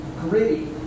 gritty